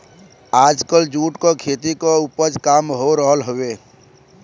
आजकल जूट क खेती क उपज काम हो रहल हौ